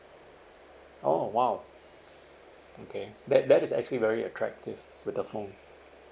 oh !wow! okay that that is actually very attractive with the phone